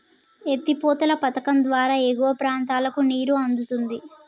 ఎత్తి పోతల పధకం ద్వారా ఎగువ ప్రాంతాలకు నీరు అందుతుంది